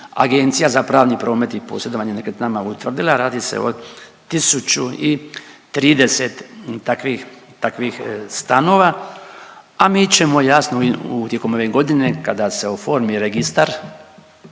Agencija za pravni promet i posredovanje nekretninama utvrdila. Radi se o 1030 takvih stanova, a mi ćemo jasno tijekom ove godine kada se oformi registar